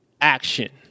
action